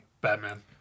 Batman